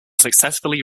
successfully